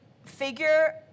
Figure